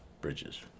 Bridges